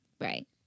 Right